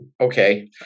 Okay